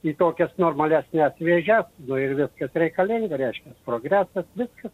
į tokias normalesnes vėžes nu ir viskas reikalinga reiškias progresas viskas